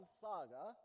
saga